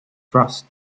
trust